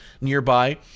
nearby